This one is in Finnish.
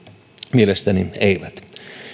mielestäni eivät